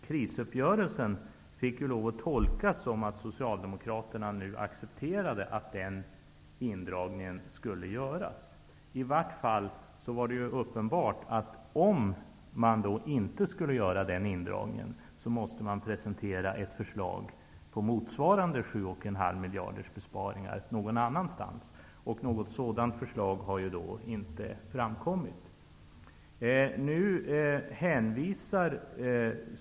Krisuppgörelsen måste tolkas så, att socialdemokraterna nu accepterade att den indragningen gjordes. I varje fall var det uppenbart att om den indragningen inte gjordes, så måste man presentera ett förslag om en annan besparing på 7,5 miljarder. Något sådant förslag har ju Socialdemokraterna inte lagt fram.